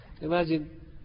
Imagine